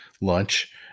lunch